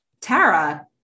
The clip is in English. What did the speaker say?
Tara